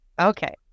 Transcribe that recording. Okay